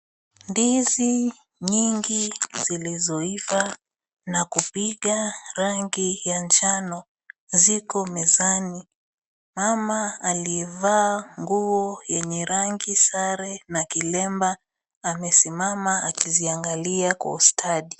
Ndizi nyingi zilizoiva na kupiga rangi ya njano ziko mezani, mama aliyevaa nguo yenye rangi sare na kilemba amesimama akiziangalia kwa ustadi.